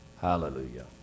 Hallelujah